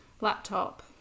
laptop